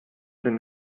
den